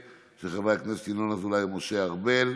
2022, של חברי הכנסת ינון אזולאי ומשה ארבל,